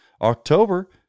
October